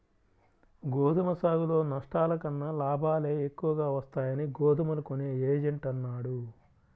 గోధుమ సాగులో నష్టాల కన్నా లాభాలే ఎక్కువగా వస్తాయని గోధుమలు కొనే ఏజెంట్ అన్నాడు